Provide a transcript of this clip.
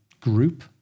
group